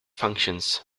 functions